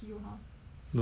don't know eh